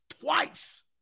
twice